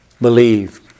believe